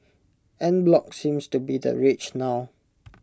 en bloc seems to be the rage now